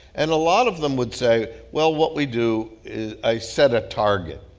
and a lot of them would say, well, what we do i set a target.